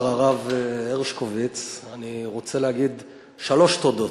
לשר הרב הרשקוביץ אני רוצה להגיד שלוש תודות: